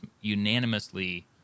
unanimously